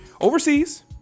overseas